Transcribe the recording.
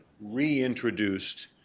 reintroduced